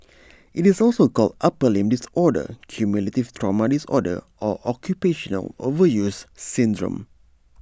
IT is also called upper limb disorder cumulative trauma disorder or occupational overuse syndrome